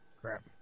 Crap